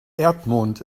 erdmond